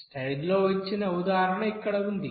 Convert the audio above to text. స్లైడ్లలో ఇచ్చిన ఉదాహరణ ఇక్కడ ఉంది